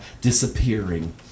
disappearing